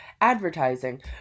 advertising